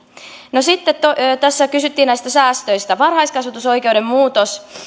no sitten tässä kysyttiin näistä säästöistä varhaiskasvatusoikeuden muutos